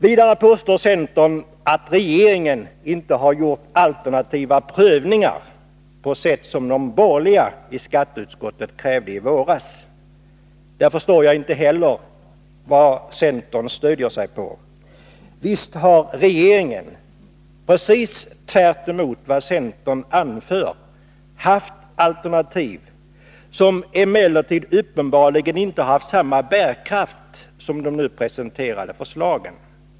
Vidare påstår centern att regeringen inte har gjort alternativa prövningar på det sätt som de borgerliga i skatteutskottet krävde i våras. Där förstår jag inte heller vad centern stöder sig på. Visst har regeringen, tvärtemot vad centern anfört, haft alternativ, men de har uppenbarligen inte haft samma bärkraft som de nu presenterade förslagen.